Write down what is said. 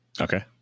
Okay